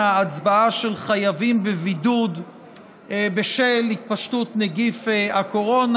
הצבעה של חייבים בבידוד בשל התפשטות נגיף הקורונה,